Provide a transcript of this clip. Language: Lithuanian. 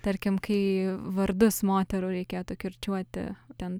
tarkim kai vardus moterų reikėtų kirčiuoti ten